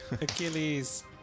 Achilles